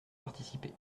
participé